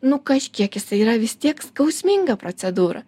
nu kažkiek jisai yra vis tiek skausminga procedūra